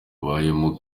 abayemo